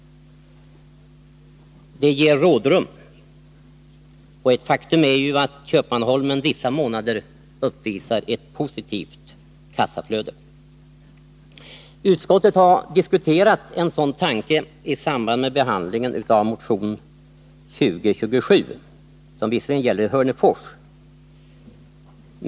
Det ger rådrum. Och ett faktum är att Köpmanholmen vissa månader uppvisar ett positivt kassaflöde. Utskottet har diskuterat en sådan tanke i samband med behandlingen av motion 2025, som i övrigt gäller Hörnefors.